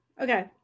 Okay